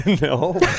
No